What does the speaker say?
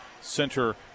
Center